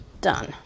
done